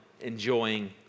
enjoying